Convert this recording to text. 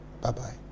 Bye-bye